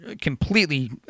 completely